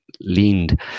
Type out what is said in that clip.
leaned